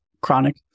chronic